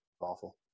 awful